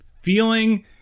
feeling